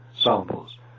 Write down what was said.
samples